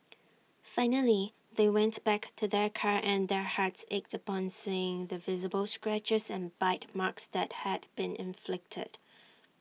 finally they went back to their car and their hearts ached upon seeing the visible scratches and bite marks that had been inflicted